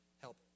help